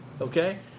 Okay